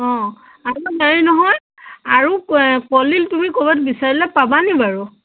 অঁ আৰু নাই নহয় আৰু কলডিল তুমি ক'ৰবাত বিচাৰিলে পাবানি বাৰু